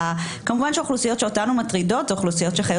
כמובן האוכלוסיות שמטרידות אותנו הן אלה שחיות